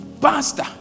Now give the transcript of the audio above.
pastor